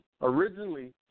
Originally